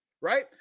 right